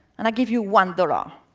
and i give you one dollars. mmm.